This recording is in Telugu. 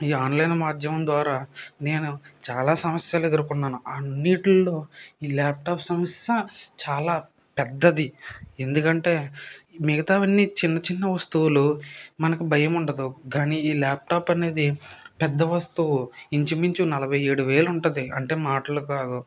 ఇది ఆన్లైన్ మాధ్యమం ద్వారా నేను చాలా సమస్యలు ఎదుర్కొన్నాను అన్నిట్లో ఈ ల్యాప్టాప్ సమస్య చాలా పెద్దది ఎందుకంటే మిగతావన్నీ చిన్న చిన్న వస్తువులు మనకు భయం ఉండదు కానీ ఈ ల్యాప్టాప్ అనేది పెద్ద వస్తువు ఇంచుమించు నలభై ఏడు వేలు ఉంటుంది అంటే మాటలు కాదు